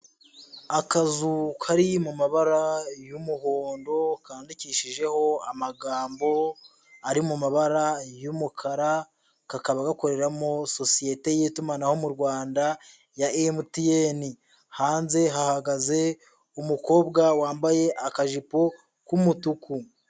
Akazu kari mu mabara y'umuhondo, kandikishijeho amagambo ari mu mabara y'umukara, kakaba gakoreramo sociyete y'itumanaho mu Rwanda ya MTN. Hanze hahagaze umukobwa wambaye akajipo k'umutuku.